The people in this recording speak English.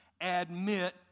admit